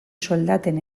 soldaten